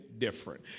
different